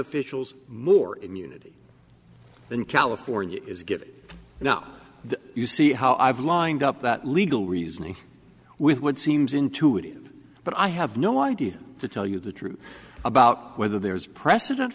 officials more immunity than california is get now that you see how i've lined up that legal reasoning with what seems intuitive but i have no idea to tell you the truth about whether there is precedent